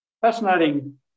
Fascinating